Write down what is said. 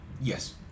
yes